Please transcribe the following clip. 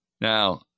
Now